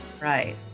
Right